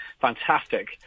Fantastic